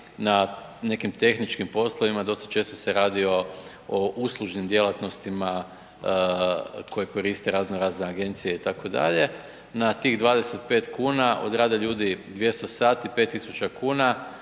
na nekim tehničkim poslovima. Dosta često se radi o uslužnim djelatnostima koje koriste raznorazne agencije itd., na tih 25 kuna odrade ljudi 200 sati 5.000 kuna